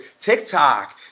TikTok